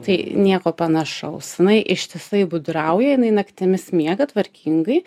tai nieko panašaus jinai ištisai gudrauja jinai naktimis miega tvarkingai